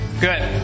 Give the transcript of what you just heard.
good